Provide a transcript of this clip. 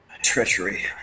Treachery